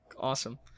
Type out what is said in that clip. Awesome